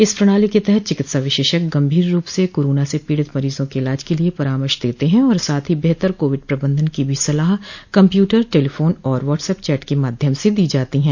इस प्रणाली के तहत चिकित्सा विशेषज्ञ गंभीर रूप से कोरोना से पीड़ित मरीजों के इलाज के लिए परामर्श देते हैं और साथ ही बेहतर कोविड प्रबंधन की भी सलाह कंप्यूटर टेलीफोन और व्हाट्सएप चट के माध्यम से दी जाती हैं